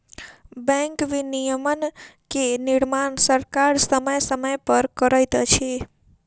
bank विनियमन के निर्माण सरकार समय समय पर करैत अछि